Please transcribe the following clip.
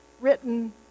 written